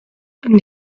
and